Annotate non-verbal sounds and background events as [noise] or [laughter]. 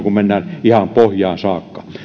[unintelligible] kun mennään ihan pohjaan saakka